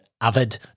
avid